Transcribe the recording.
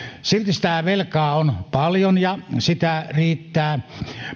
silti sitä velkaa on paljon ja sitä riittää